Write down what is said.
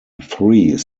three